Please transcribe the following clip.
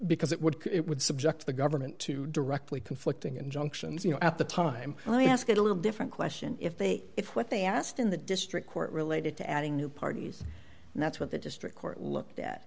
because it would it would subject the government to directly conflicting injunctions you know at the time i ask it a little different question if they if what they asked in the district court related to adding new parties and that's what the district court looked at